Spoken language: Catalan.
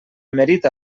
merita